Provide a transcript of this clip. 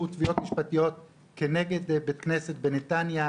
תביעות משפטיות כנגד בית כנסת בנתניה,